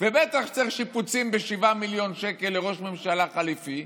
ובטח שצריך שיפוצים ב-7 מיליון שקל לראש ממשלה חליפי,